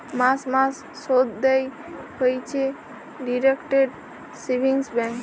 মাস মাস শুধ দেয় হইছে ডিইরেক্ট সেভিংস ব্যাঙ্ক